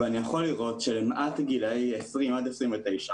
אני יכול לראות שלמעט גילאי 20 - 29,